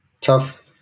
tough